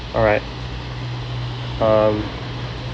all right um